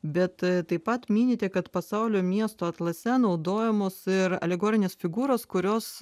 bet taip pat minite kad pasaulio miestų atlase naudojamos ir alegorinės figūros kurios